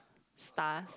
stars